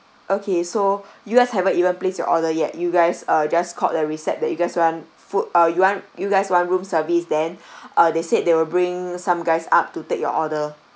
okay so you guys haven't even place your order yet you guys are just called the recep~ that you guys want food uh you want you guys want room service then uh they said they will bring some guys up to take your order